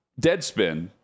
Deadspin